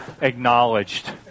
acknowledged